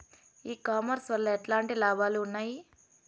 ఈ కామర్స్ వల్ల ఎట్లాంటి లాభాలు ఉన్నాయి?